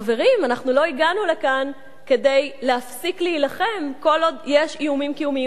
לא הגענו לכאן כדי להפסיק להילחם כל עוד יש איומים קיומיים על חיינו.